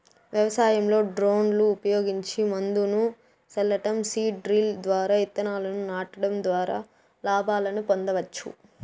వ్యవసాయంలో డ్రోన్లు ఉపయోగించి మందును సల్లటం, సీడ్ డ్రిల్ ద్వారా ఇత్తనాలను నాటడం ద్వారా లాభాలను పొందొచ్చు